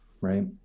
right